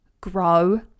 grow